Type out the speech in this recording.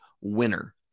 winner